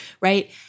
right